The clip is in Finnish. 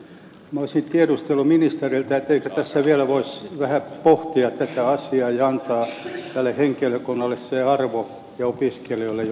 olisin tiedustellut ministeriltä eikö vielä voisi vähän pohtia tätä asiaa ja antaa tälle henkilökunnalle ja opiskelijoille se arvo joka heille kuuluu